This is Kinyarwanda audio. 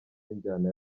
b’injyana